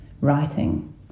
writing